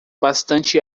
bastante